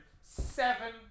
seven